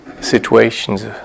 situations